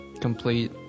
complete